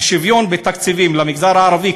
והשוויון בתקציבים למגזר הערבי,